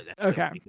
Okay